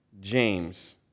James